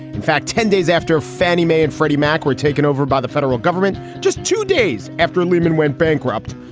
in fact, ten days after fannie mae and freddie mac were taken over by the federal government, just two days after lehman went bankrupt,